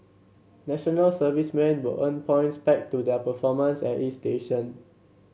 National Servicemen will earn points pegged to their performance at each station